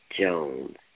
Jones